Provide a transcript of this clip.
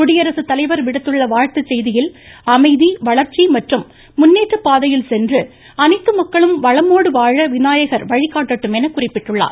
குடியரசுத் தலைவர் விடுத்துள்ள வாழ்த்துச் செய்தியில் அமைதி வளர்ச்சி மற்றும் முன்னேற்ற பாதையில் சென்று அனைத்து மக்களும் வளமோடு வாழ விநாயகர் வழிகாட்டட்டும் என குறிப்பிட்டுள்ளார்